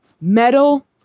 metal